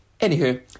Anywho